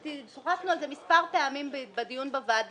אנחנו עוברים לדיון על הצעת חוק להסדרת מתן שירותי